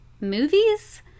movies